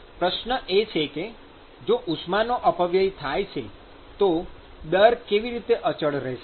પ્રશ્ન એ છે કે જો ઉષ્માનો અપવ્યય થાય છે તો દર કેવી રીતે અચળ રહેશે